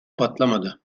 patlamadı